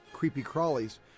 creepy-crawlies